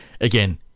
again